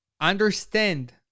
understand